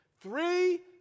three